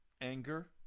anger